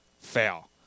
fail